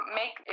make